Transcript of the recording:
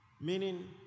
Meaning